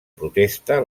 protesta